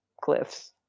cliffs